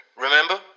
Remember